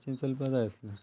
चलपा जाय आसलें